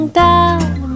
down